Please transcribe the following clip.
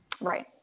Right